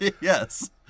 Yes